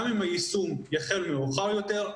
גם אם היישום יחל מאוחר יותר,